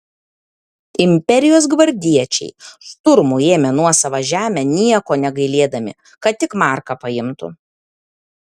imperijos gvardiečiai šturmu ėmė nuosavą žemę nieko negailėdami kad tik marką paimtų